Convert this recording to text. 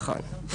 נכון.